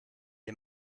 des